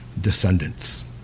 descendants